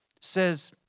says